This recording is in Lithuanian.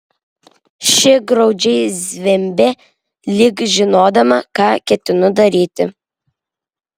ši graudžiai zvimbė lyg žinodama ką ketinu daryti